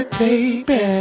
baby